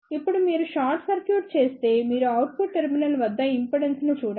ఇప్పుడుమీరు short circuit చేస్తే మీరు output terminal వద్ద ఇంపిడెన్స్ ను చూడండి